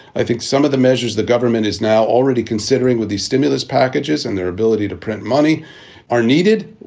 i think some of the measures the government is now already considering. with these stimulus packages and their ability to print money are needed,